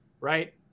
right